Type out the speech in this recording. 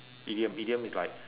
idiom idiom is like